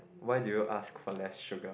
why do you ask for less sugar